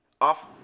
off